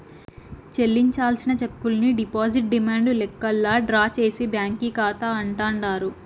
చెల్లించాల్సిన చెక్కుల్ని digital demand లెక్కల్లా డ్రా చేసే బ్యాంకీ కాతా అంటాండారు